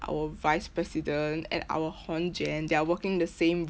our vice president and our hong jian they are working the same